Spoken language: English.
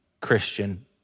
Christian